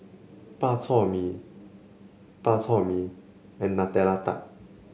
Bak Chor Mee Bak Chor Mee and Nutella Tart